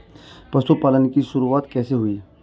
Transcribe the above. पशुपालन की शुरुआत कैसे हुई?